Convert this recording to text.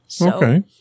Okay